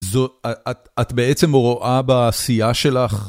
זאת... את את בעצם רואה בעשייה שלך...